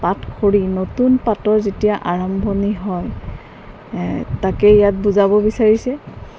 পাত সৰি নতুন পাতৰ যেতিয়া আৰম্ভণি হয় তাকে ইয়াত বুজাব বিচাৰিছে